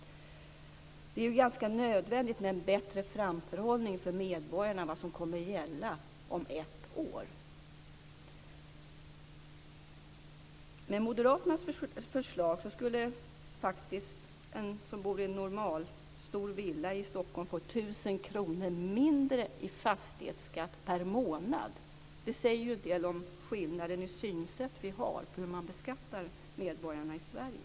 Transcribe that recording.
Det är ganska nödvändigt med en bättre framförhållning för medborgarna vad beträffar det som kommer att gälla om ett år. Med moderaternas förslag skulle en person som bor i en normalstor villa i Stockholm få 1 000 kr mindre i fastighetsskatt per månad. Det säger en del om skillnaderna i synsätt när det gäller hur man beskattar medborgarna i Sverige.